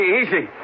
easy